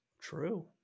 True